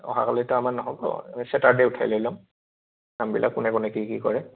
অহাকালিতো আমাৰ নহ'ব ছেটাৰ্ডে উঠাই লৈ ল'ম নামবিলাক কোনে কোনে কি কি কৰে